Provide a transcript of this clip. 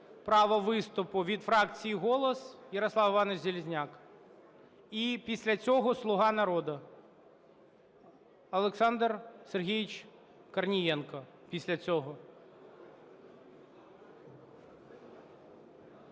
право виступу від фракції "Голос", Ярослав Іванович Железняк. І після цього "Слуга народу". Олександр Сергійович Корнієнко після цього.